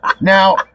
Now